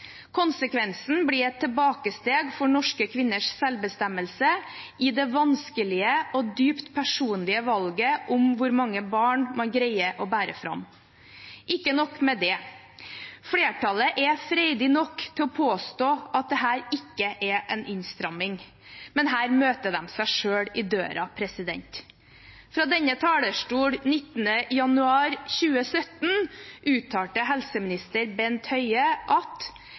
Konsekvensen blir et tilbakeskritt for norske kvinners selvbestemmelse i det vanskelige og dypt personlige valget om hvor mange barn man greier å bære fram. Ikke nok med det: Flertallet er freidig nok til å påstå at dette ikke er en innstramming, men her møter de seg selv i døra. Fra denne talerstol den 19. januar 2017 uttalte helseminister Bent Høie at